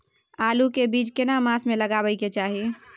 आलू के बीज केना मास में लगाबै के चाही?